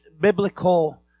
biblical